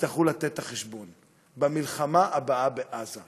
ותצטרכו לתת את החשבון: במלחמה הבאה בעזה.